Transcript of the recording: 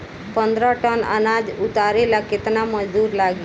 पन्द्रह टन अनाज उतारे ला केतना मजदूर लागी?